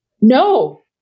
No